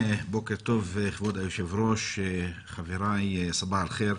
בוקר טוב כבוד היושב-ראש, חבריי סבאח אלחיר.